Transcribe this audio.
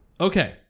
Okay